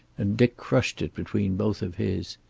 and dick crushed it between both of his.